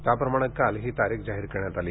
त्याप्रमाणे काल ही तारीख जाहीर करण्यात आली